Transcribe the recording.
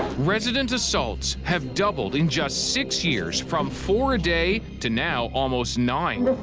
resident assaults have doubled in just six years, from four a day to now almost nine.